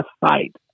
fight